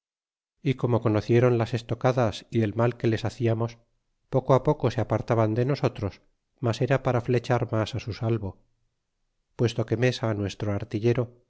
y como conocieron las estocadas y el mal que les haciamos poco á poco se apartaban de nosotros mas era para flechar mas á su salvo puesto que mesa nuestro artillero